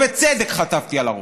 ובצדק חטפתי על הראש.